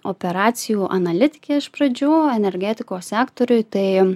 operacijų analitike iš pradžių energetikos sektoriuj tai